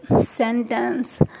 sentence